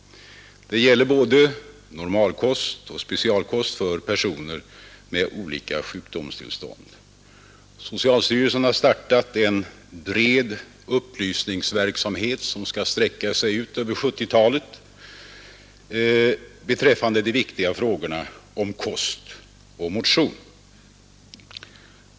Det gäller både normalkost och specialkost för personer med olika sjukdomstillstånd. Socialstyrelsen har startat en bred upplysningsverksamhet som skall sträcka sig in över 1970-talet beträffande de viktiga frågorna om kost och motion.